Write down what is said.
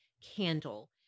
candle